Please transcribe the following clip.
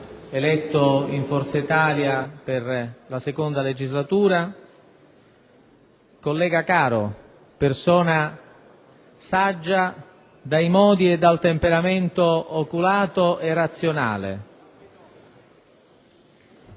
eletto in Forza Italia per la seconda legislatura, collega caro, persona saggia dai modi e dal temperamento oculato e razionale.